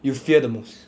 you fear the most